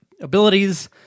abilities